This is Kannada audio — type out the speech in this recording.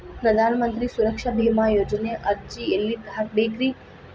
ಪ್ರಧಾನ ಮಂತ್ರಿ ಸುರಕ್ಷಾ ಭೇಮಾ ಯೋಜನೆ ಅರ್ಜಿ ಎಲ್ಲಿ ಹಾಕಬೇಕ್ರಿ?